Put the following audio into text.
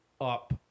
up